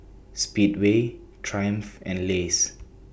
Speedway Triumph and Lays